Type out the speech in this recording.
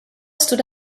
stood